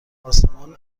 آسمان